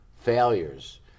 failures